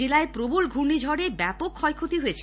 জেলায় প্রবল ঘূর্ণিঝড়ে ব্যাপক ক্ষয়ক্ষতি হয়েছে